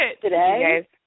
Today